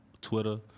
Twitter